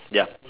ya